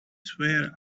swear